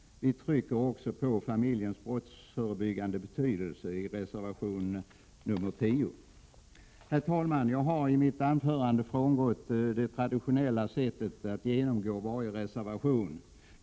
Vi trycker också på familjens brottsförebyggande betydelse i reservation 10. Herr talman! Jag har i mitt anförande frångått det traditionella sättet att genomgå varje reservation.